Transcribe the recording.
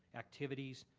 activities,